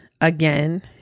again